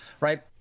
right